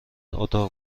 اتاق